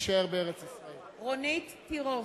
מצביע רונית תירוש,